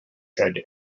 had